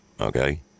okay